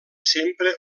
sempre